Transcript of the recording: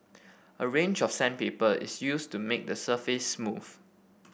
a range of sandpaper is used to make the surface smooth